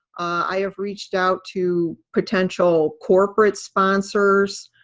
i have reached out to potential corporate sponsors,